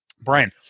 Brian